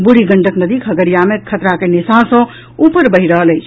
बूढ़ी गंडक नदी खगड़िया मे खतरा के निशान सॅ ऊपर बहि रहल अछि